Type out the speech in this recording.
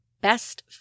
best